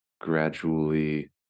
gradually